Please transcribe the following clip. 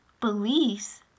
beliefs